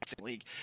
league